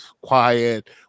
quiet